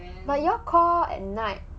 but you all call at night